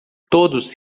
todos